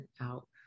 out